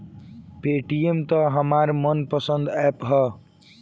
Paytm त हमार मन पसंद ऐप ह